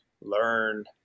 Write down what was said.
learn